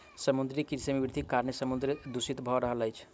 समुद्रीय कृषि मे वृद्धिक कारणेँ समुद्र दूषित भ रहल अछि